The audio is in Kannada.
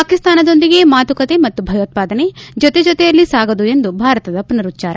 ಪಾಕಿಸ್ತಾನದೊಂದಿಗೆ ಮಾತುಕತೆ ಮತ್ತು ಭಯೋತ್ಪಾದನೆ ಜೊತೆ ಜೊತೆಯಲ್ಲಿ ಸಾಗದು ಎಂದು ಭಾರತದ ಪುನರುಚ್ಲಾರ